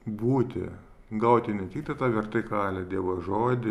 būti gauti ne tik tai tą vertikalę dievo žodį